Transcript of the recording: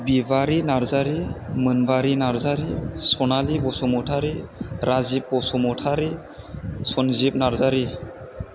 Bibari Narzary Monbari Narzary Sonali Basumatary Rajib Basumatary Sanjib Narzary